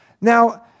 Now